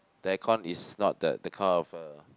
the aircon is not that that kind of uh